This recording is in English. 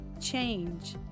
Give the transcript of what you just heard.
change